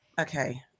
okay